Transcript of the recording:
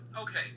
okay